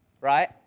Right